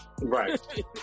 Right